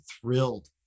thrilled